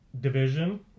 Division